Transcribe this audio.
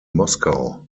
moskau